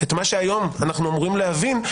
את מה שהיום אנחנו אמורים להבין,